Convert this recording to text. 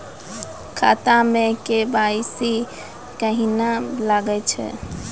खाता मे के.वाई.सी कहिने लगय छै?